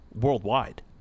worldwide